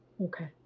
Okay